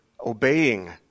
obeying